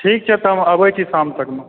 ठीक छै तब आबै छी शाम तक मे